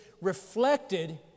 reflected